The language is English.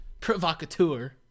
provocateur